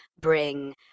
bring